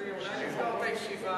אדוני, אולי נסגור את הישיבה?